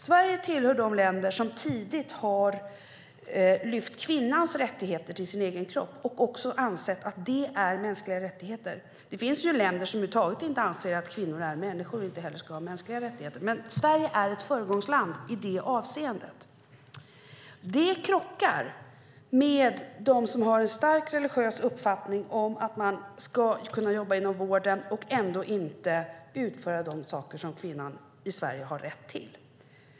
Sverige tillhör de länder som tidigt har lyft fram kvinnans rättigheter till sin egen kropp och också ansett att det är en mänsklig rättighet. Det finns ju länder som anser att kvinnor över huvud taget inte är människor och inte ska ha mänskliga rättigheter. Men Sverige är ett föregångsland i det avseendet. Det krockar med dem som har en stark religiös uppfattning att man ska kunna jobba inom vården men ändå inte utföra de saker som kvinnan i Sverige har rätt till.